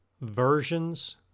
versions